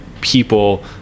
people